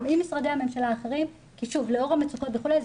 אם משרדי הממשלה האחרים כי שוב לאור המצוקות וכולי,